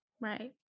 Right